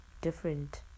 different